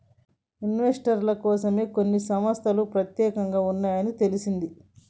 ఇన్వెస్టర్ల కోసమే కొన్ని సంస్తలు పెత్యేకంగా ఉన్నాయని తెలిసింది